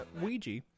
Ouija